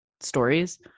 stories